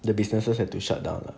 the businesses have to shut down lah